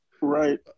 Right